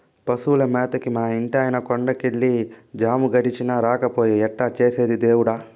పశువుల మేతకి మా ఇంటాయన కొండ కెళ్ళి జాము గడిచినా రాకపాయె ఎట్టా చేసేది దేవుడా